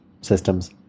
systems